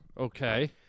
okay